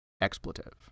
expletive